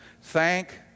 Thank